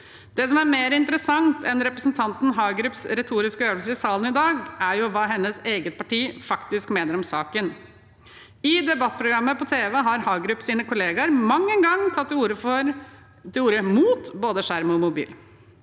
det som er mer interessant enn representanten Hagerups retoriske øvelser i salen i dag, er jo hva hennes eget parti faktisk mener om saken. I debattprogrammer på tv har Hagerups kollegaer mang en gang tatt til orde mot både skjerm og mobil.